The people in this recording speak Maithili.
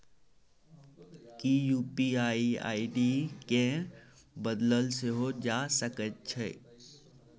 कि यू.पी.आई आई.डी केँ बदलल सेहो जा सकैत छै?